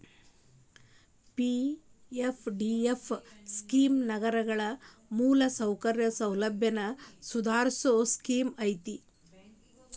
PFDF scheme ನಗರಗಳ ಮೂಲಸೌಕರ್ಯ ಸೌಲಭ್ಯನ ಸುಧಾರಸೋ ಸ್ಕೇಮ್ ಐತಿ